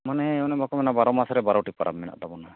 ᱢᱟᱱᱮ ᱚᱱᱮ ᱵᱟᱠᱚ ᱢᱮᱱᱟ ᱵᱟᱨᱚ ᱢᱟᱥᱨᱮ ᱵᱟᱨᱚᱴᱤ ᱯᱟᱨᱟᱵᱽ ᱢᱮᱱᱟᱜ ᱛᱟᱵᱚᱱᱟ